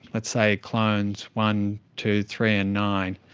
let's say clones one, two, three and nine.